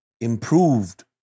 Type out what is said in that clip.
improved